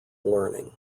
learning